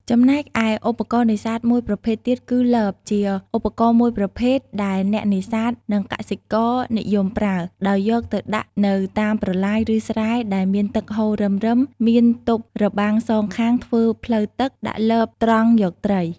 ចំណែកឯឧបករណ៍នេសាទមួយប្រភេទៀតគឺ លប ជាឧបករណ៍មួយប្រភេទ ដែលអ្នកនេសាទ និងកសិករនិយមប្រើ ដោយយកទៅដាក់នៅតាមប្រឡាយ ឬស្រែដែលមានទឹកហូររឹមៗ មានទប់របាំងសងខាងធ្វើផ្លូវទឹក ដាក់លបត្រងយកត្រី។